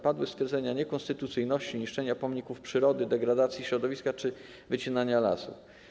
Padły stwierdzenia o niekonstytucyjności, niszczeniu pomników przyrody, degradacji środowiska czy wycinaniu lasów.